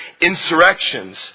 insurrections